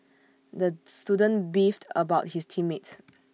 the student beefed about his team mates